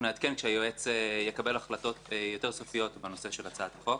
שנעדכן כשהיועץ יקבל החלטות יותר סופיות בנושא של הצעת החוק.